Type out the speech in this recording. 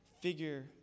figure